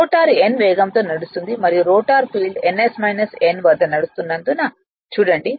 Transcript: rotor n వేగంతో నడుస్తుంది మరియు రోటర్ ఫీల్డ్ ns n వద్ద నడుస్తున్నందున చూడండి